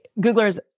Googlers